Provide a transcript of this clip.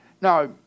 Now